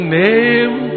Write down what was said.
name